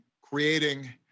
creating